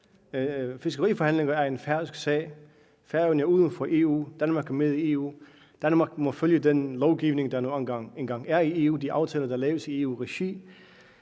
Fiskeriforhandlingerne er en færøsk sag, Færøerne er uden for EU, Danmark er med i EU, og Danmark må følge den lovgivning, der nu engang er i EU, de aftaler, der laves i EU-regi.